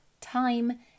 time